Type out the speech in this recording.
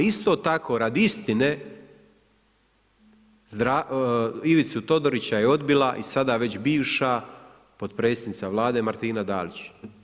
Ali isto tako, radi istine Ivicu Todorića je odbila i sada već bivša potpredsjednica Vlade Martina Dalić.